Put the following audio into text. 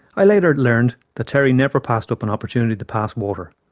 i later learned that terry never passed up an opportunity to pass water,